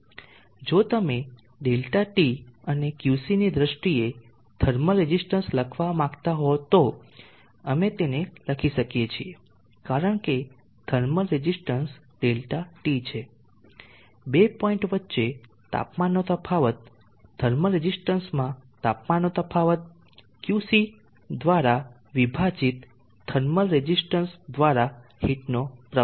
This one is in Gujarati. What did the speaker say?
જો તમે ΔT અને QC ની દ્રષ્ટિએ થર્મલ રેઝિસ્ટન્સ લખવા માંગતા હો તો અમે તેને લખી શકીએ છીએ કારણ કે થર્મલ રેઝિસ્ટન્સ ΔT છે બે પોઇન્ટ વચ્ચે તાપમાનનો તફાવત થર્મલ રેઝિસ્ટન્સમાં તાપમાનનો તફાવત QC દ્વારા વિભાજિત થર્મલ રેઝીસ્ટન્સ દ્વારા હીટનો પ્રવાહ